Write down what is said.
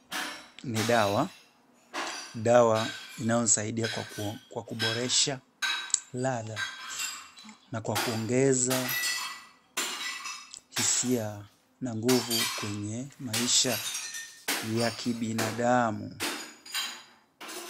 Ni dawa. Dawa inayosaidia kwa kuboresha ladha na kwa kuongeza hisia na nguvu kwenye maisha ya kibinadamu.